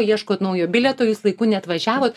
ieškot naujo bilieto jūs laiku neatvažiavot